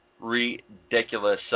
ridiculous